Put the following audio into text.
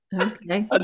Okay